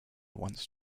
once